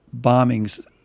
bombings